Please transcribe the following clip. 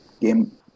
game